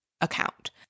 account